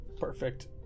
perfect